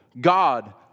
God